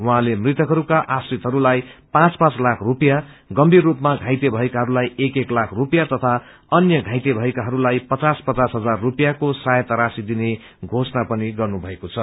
उहाँले मृतकहरूका आश्रितहरूलाई पाँच पाँच लाख रूपियाँ गंभीर रूपामपा घाइते भएकाहरूलाई एक एक लाख रूपियाँ तथा अन्य घाइते भएकाहरूलाई पचास पचास हजार रूपियाँको सहायाता राशि दिने घोषणा पनि गर्नुभएको छ